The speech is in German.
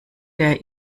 der